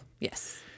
Yes